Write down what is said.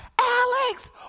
Alex